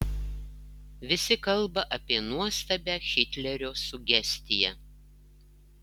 visi kalba apie nuostabią hitlerio sugestiją